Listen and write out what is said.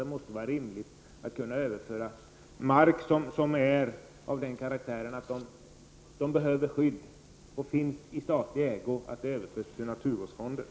Det måste vara rimligt att mark som är av den karaktären att den behöver skydd, och som finns i statlig ägo, överförs till naturvårdsfonden.